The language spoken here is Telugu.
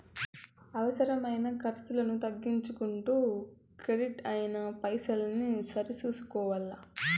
అవసరమైన కర్సులను తగ్గించుకుంటూ కెడిట్ అయిన పైసల్ని సరి సూసుకోవల్ల